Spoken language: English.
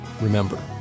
remember